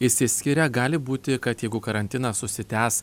išsiskiria gali būti kad jeigu karantinas užsitęs